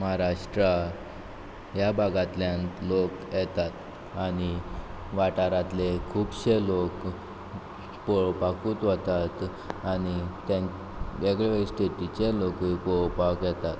म्हाराष्ट्रा ह्या भागांतल्यान लोक येतात आनी वाठारांतले खुबशे लोक पळोवपाकूच वतात आनी तें वेगळे वेगळे स्टेटीचे लोकूय पळोवपाक येतात